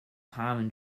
common